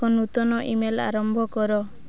ଏକ ନୂତନ ଇମେଲ୍ ଆରମ୍ଭ କର